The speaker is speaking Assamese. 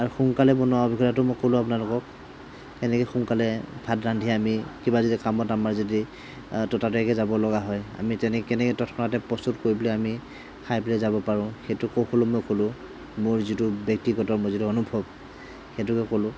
আৰু সোনকালে বনোৱা অভিজ্ঞতাটো মই ক'লো আপোনালোকক কেনেকৈ সোনকালে ভাত ৰান্ধি আমি কিবা যদি কামত আমাৰ যদি ততাতৈয়াকৈ যাবলগা হয় আমি তেনেকৈ কেনেকৈ তৎক্ষণাত প্ৰস্তুত কৰি পেলাই আমি খাই পেলাই যাব পাৰোঁ সেইটো কৌশলো মই ক'লোঁ মোৰ যিটো ব্যক্তিগত মোৰ যিটো অনুভৱ সেইটোকে ক'লোঁ